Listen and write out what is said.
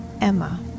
Emma